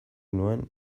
nuen